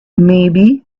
maybe